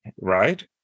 right